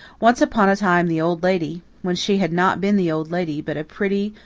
once upon a time the old lady when she had not been the old lady, but pretty,